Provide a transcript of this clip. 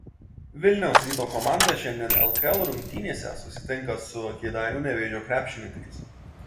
vilniaus ryto komanda šiandien lkl rungtynėse susitinka su kėdainių nevėžio krepšininkais